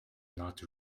not